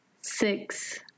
six